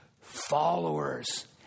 followers